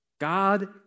God